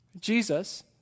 Jesus